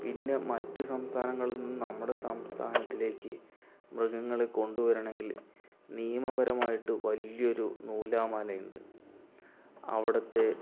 പിന്നെ മറ്റു സംസ്ഥങ്ങളിൽ നിന്ന് നമ്മുടെ സംസ്ഥാത്തിലേക്ക് മൃഗങ്ങളെ കൊണ്ട് വരണങ്കിൽ നിയമ പരമായിട്ട് വലിയ ഒരു നൂലാമാലയുണ്ട് അവിടുത്തെ